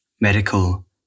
Medical